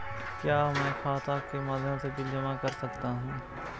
क्या मैं खाता के माध्यम से बिल जमा कर सकता हूँ?